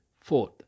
Fourth